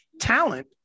talent